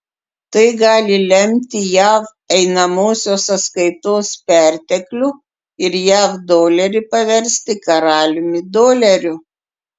tai gali lemti jav einamosios sąskaitos perteklių ir jav dolerį paversti karaliumi doleriu